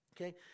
okay